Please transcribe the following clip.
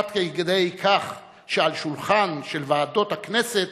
עד כדי כך שעל שולחנן של ועדות הכנסת